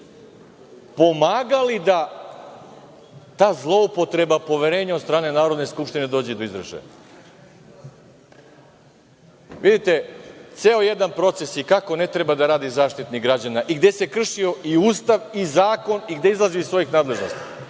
pomagali da ta zloupotreba poverenja, od strane Narodne skupštine, dođe do izražaja. Vidite, ceo jedan proces i kako ne treba da radi Zaštitnik građana i gde se kršio i Ustav i zakon i gde izlazi iz svojih nadležnosti,